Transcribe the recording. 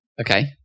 okay